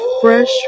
fresh